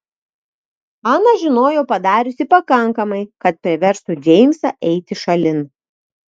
ana žinojo padariusi pakankamai kad priverstų džeimsą eiti šalin